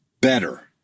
better